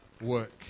work